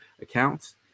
accounts